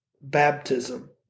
baptism